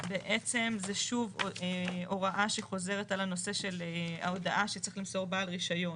בעצם זה שוב הוראה שחוזרת על הנושא של ההודעה שצריך למסור בעל רישיון,